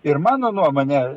ir mano nuomone